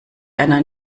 erna